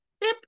Tip